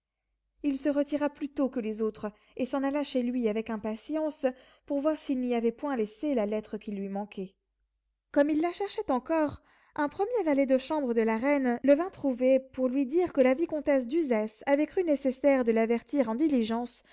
il se retira plus tôt que les autres et s'en alla chez lui avec impatience pour voir s'il n'y avait point laissé la lettre qui lui manquait comme il la cherchait encore un premier valet de chambre de la reine le vint trouver pour lui dire que la vicomtesse d'uzès avait cru nécessaire de l'avertir en diligence